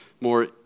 more